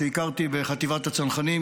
שהכרתי בחטיבת הצנחנים,